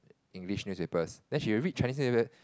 English newspapers then she will read Chinese newspaper